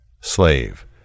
Slave